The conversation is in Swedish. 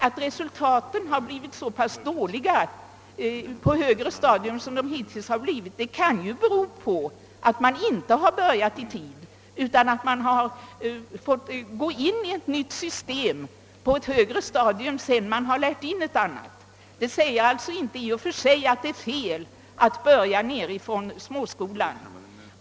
Att resultaten har blivit så pass dåliga hittills på högre stadium kan bero på att man inte har börjat i tid utan har varit tvungen att börja tillämpa ett nytt system på ett högre stadium efter att tidigare ha lärt in ett annat system. Resultatet säger alltså inte i och för sig att det är fel att börja nerifrån småskolan.